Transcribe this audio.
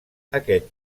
aquest